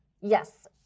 Yes